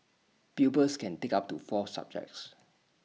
pupils can take up to four subjects